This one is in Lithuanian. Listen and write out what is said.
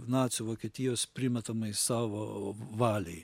nacių vokietijos primetamai savo valiai